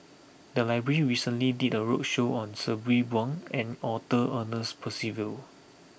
the library recently did a roadshow on Sabri Buang and Arthur Ernest Percival